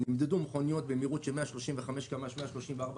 נמדדו מכוניות שנסעו במהירות של 134 בממוצע.